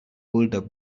older